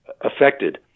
affected